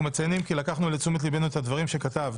אנחנו מציינים כי לקחנו לתשומת לבנו את הדברים שכתבת